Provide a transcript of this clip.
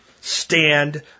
Stand